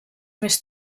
més